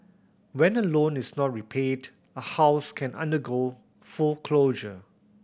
when a loan is not repaid a house can undergo foreclosure